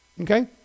Okay